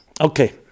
Okay